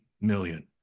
million